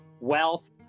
wealth